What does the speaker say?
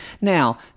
now